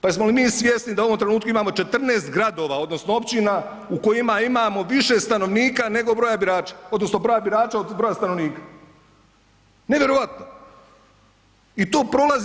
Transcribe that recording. Pa jesmo li mi svjesni da u trenutku imamo 14 gradova odnosno općina u kojima imamo više stanovnika nego broja birača odnosno broja birača od broja stanovnika, nevjerojatno.